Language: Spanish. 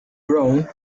brown